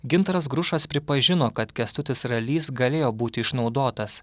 gintaras grušas pripažino kad kęstutis ralys galėjo būti išnaudotas